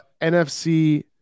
NFC